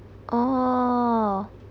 oh